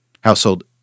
household